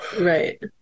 Right